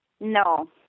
No